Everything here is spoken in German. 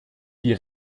die